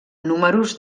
números